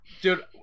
dude